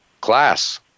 class